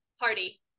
party